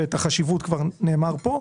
ועל החשיבות של זה כבר נאמר פה,